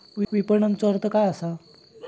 विपणनचो अर्थ काय असा?